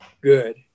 good